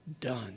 done